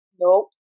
Nope